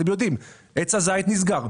עץ הזית נסגר,